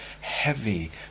heavy